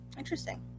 Interesting